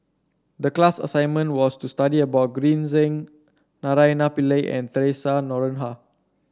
the class assignment was to study about Green Zeng Naraina Pillai and Theresa Noronha